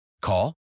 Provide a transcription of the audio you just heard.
Call